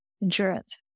insurance